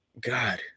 God